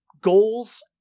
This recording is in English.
goals